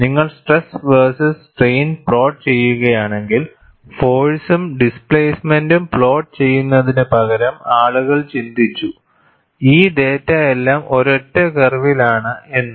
നിങ്ങൾ stress versus strain plot ചെയ്യുകയാണെങ്കിൽ ഫോഴ്സും ഡിസ്പ്ലേസ്മെന്റും പ്ലോട്ട് ചെയ്യുന്നതിനുപകരം ആളുകൾ ചിന്തിച്ചു ഈ ഡാറ്റയെല്ലാം ഒരൊറ്റ കർവിലാണ് എന്ന്